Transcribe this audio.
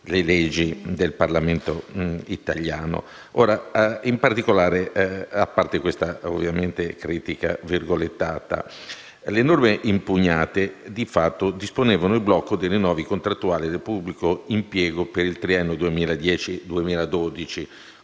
sulle leggi del Parlamento italiano. Ora, a parte questa critica da considerarsi virgolettata, le norme impugnate di fatto disponevano il blocco dei rinnovi contrattuali del pubblico impiego per il triennio 2010-2012,